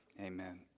Amen